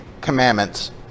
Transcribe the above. commandments